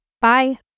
Bye